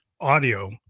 audio